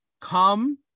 come